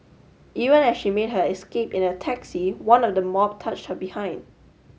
even as she made her escape in a taxi one of the mob touched her behind